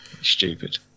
stupid